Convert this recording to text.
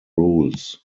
rules